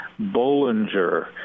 Bollinger